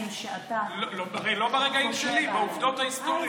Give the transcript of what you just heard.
ברגעים שאתה, לא ברגעים שלי, בעובדות ההיסטוריות.